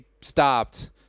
stopped